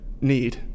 need